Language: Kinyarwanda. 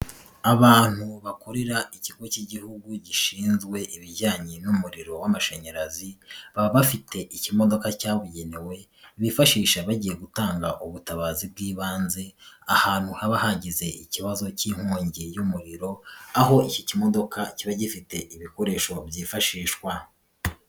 Abantu bakorera ikigo cy'Igihugu gishinzwe ibijyanye n'umuriro w'amashanyarazi, baba bafite ikimodoka cyabugenewe bifashisha bagiye gutanga ubutabazi bw'ibanze ahantu haba hagize ikibazo cy'inkongi y'umuriro, aho iki kimodoka kiba gifite ibikoresho byifashishwa.